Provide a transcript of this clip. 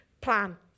plan